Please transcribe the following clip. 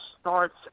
starts